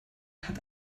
hat